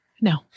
no